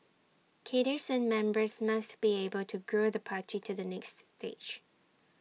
cadres and members must be able to grow the party to the next stage